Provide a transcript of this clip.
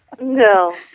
No